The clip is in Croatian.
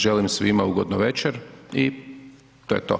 Želim svima ugodnu večer i to je to.